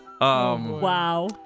Wow